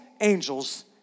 angels